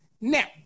Now